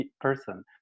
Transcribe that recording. person